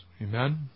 Amen